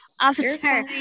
Officer